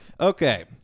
Okay